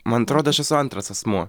man atrodo aš esu antras asmuo